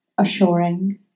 assuring